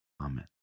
Amen